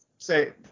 say